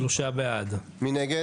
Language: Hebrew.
נגד?